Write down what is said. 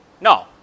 No